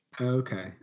okay